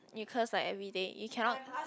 you curse like everyday you cannot